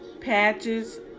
patches